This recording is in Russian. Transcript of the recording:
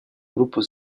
группу